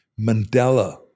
Mandela